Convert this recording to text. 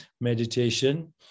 meditation